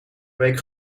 week